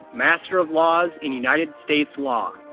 master of laws in united states law.